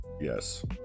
yes